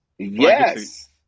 yes